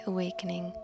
Awakening